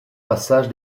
passage